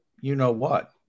you-know-what